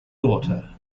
daughter